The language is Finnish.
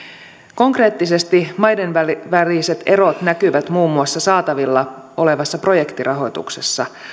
konkreettisesti maiden väliset väliset erot näkyvät muun muassa saatavilla olevassa projektirahoituksessa